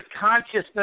consciousness